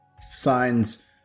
signs